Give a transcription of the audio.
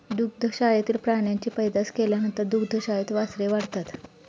दुग्धशाळेतील प्राण्यांची पैदास केल्यानंतर दुग्धशाळेत वासरे वाढतात